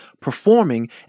performing